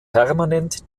permanent